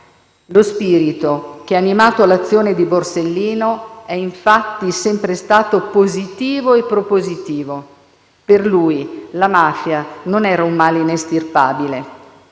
Lo spirito che ha animato l'azione di Borsellino è infatti sempre stato positivo e propositivo. Per lui la mafia non era un male inestirpabile,